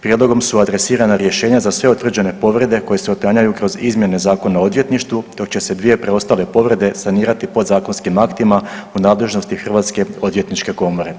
Prijedlogom su adresirana rješenja za sve utvrđene povrede koje se otklanjaju kroz izmjene Zakona o odvjetništvu dok će se dvije preostale povrede sanirati podzakonskim aktima u nadležnosti Hrvatske odvjetničke komore.